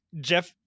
Jeff